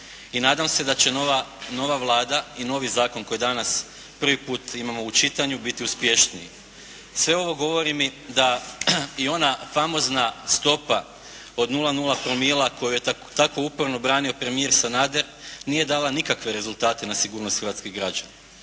nadam se da će nova Vlada i novi zakon koji danas prvi puta imamo u čitanju, biti uspješniji. Sve ovo govorim i da ona famozna stopa od 0,0 promila koju je tako uporno branio premijer Sanader, nije dala nikakve rezultate na sigurnost hrvatskih građana.